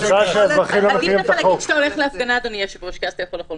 כי פה דווקא אמור להיות היותר רחב.